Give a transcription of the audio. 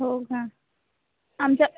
हो का आमचं